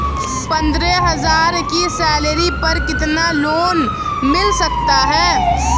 पंद्रह हज़ार की सैलरी पर कितना लोन मिल सकता है?